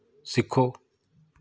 ਸਿੱਖੋ